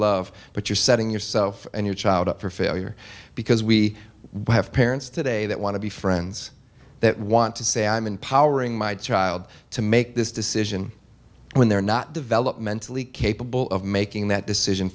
love but you're setting yourself and your child up for failure because we have parents today that want to be friends that want to say i'm empowering my child to make this decision when they're not developmentally capable of making that decision